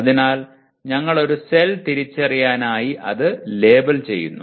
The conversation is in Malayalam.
അതിനാൽ ഞങ്ങൾ ഒരു സെൽ തിരിച്ചറിയാനായി അത് ലേബൽ ചെയ്യുന്നു